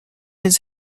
his